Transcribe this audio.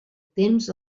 temps